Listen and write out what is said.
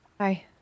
Hi